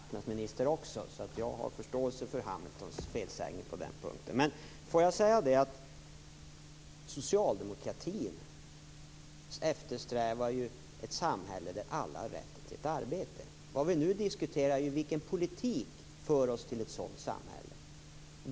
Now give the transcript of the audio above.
Fru talman! Det är inte så lätt. Jag har ju hunnit vara arbetsmarknadsminister också, så jag har förståelse för Hamiltons felsägning på den punkten. Men jag vill säga att socialdemokratin ju eftersträvar ett samhälle där alla har rätt till ett arbete. Vad vi nu diskuterar är vilken politik som för oss till ett sådant samhälle.